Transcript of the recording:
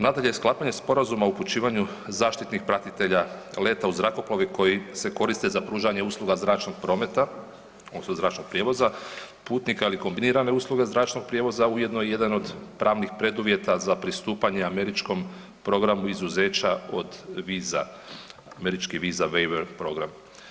Nadalje sklapanje Sporazuma o upućivanju zaštitnih pratitelja leta u zrakoplovi koji se koriste za pružanje usluga zračnog prometa odnosno zračnog prijevoza putnika ili kombinirane usluge zračnog prijevoza ujedno je i jedan od pravnih preduvjeta za pristupanje američkom programu izuzeća od viza, američkih viza … [[Govornik se ne razumije]] program.